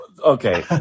Okay